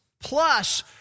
plus